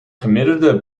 gemiddelde